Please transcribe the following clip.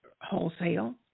wholesale